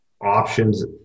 options